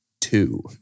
Two